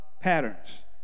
patterns